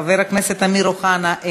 חבר הכנסת אמיר אוחנה,